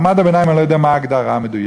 מעמד הביניים אני לא יודע מה ההגדרה המדויקת.